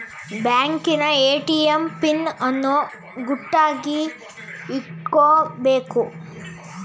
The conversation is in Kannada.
ಬ್ಯಾಂಕಿನ ಎ.ಟಿ.ಎಂ ಪಿನ್ ಅನ್ನು ಗುಟ್ಟಾಗಿ ಇಟ್ಕೊಬೇಕು